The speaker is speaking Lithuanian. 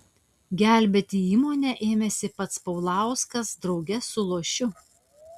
gelbėti įmonę ėmėsi pats paulauskas drauge su lošiu